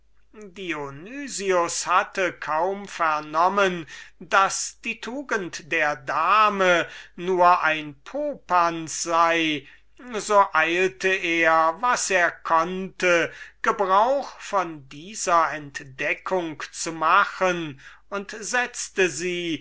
bald erfahren daß die tugend der dame nur ein popanz sei so eilte er was er konnte gebrauch von dieser entdeckung zu machen und setzte sie